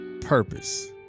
purpose